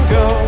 go